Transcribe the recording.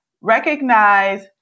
recognize